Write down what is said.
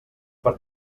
per